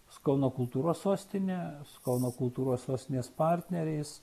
su kauno kultūros sostine kauno kultūros sostinės partneriais